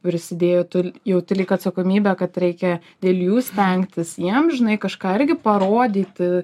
prisidėjo tu jauti lyg atsakomybę kad reikia dėl jų stengtis jie amžinai kažką irgi parodyti